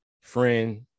friend